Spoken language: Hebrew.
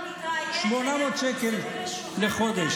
800 שקל לחודש.